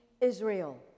Israel